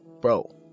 Bro